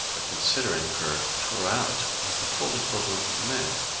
considering her throughout as the full equivalent of the man,